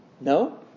No